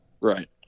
Right